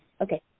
Okay